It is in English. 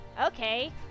okay